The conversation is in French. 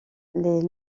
les